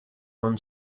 non